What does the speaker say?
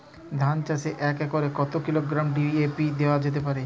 ধান চাষে এক একরে কত কিলোগ্রাম ডি.এ.পি দেওয়া যেতে পারে?